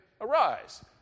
arise